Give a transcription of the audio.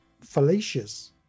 fallacious